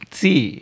see